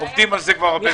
עובדים על זה כבר זמן רב.